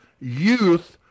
Youth